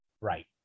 Right